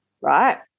right